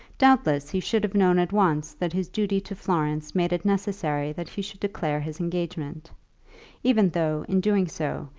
doubtless he should have known at once that his duty to florence made it necessary that he should declare his engagement even though, in doing so,